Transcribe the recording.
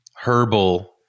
herbal